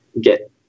get